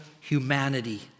humanity